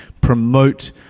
promote